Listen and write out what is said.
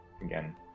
again